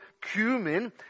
cumin